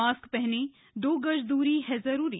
mask पहनें दो गज दूरी है जरूरी